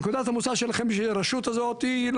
נקודת המוצא שלכם היא לרשות הזאת לא